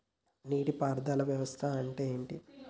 నీటి పారుదల వ్యవస్థ అంటే ఏంటి?